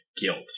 guilt